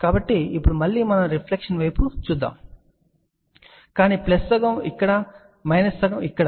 కాబట్టి ఇప్పుడు మళ్ళీ మనం రిఫ్లెక్షన్ వైపు చూస్తున్నాము కాని ప్లస్ సగం ఇక్కడ మైనస్ సగం ఇక్కడ ఉంది